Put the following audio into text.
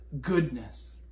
goodness